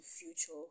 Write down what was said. future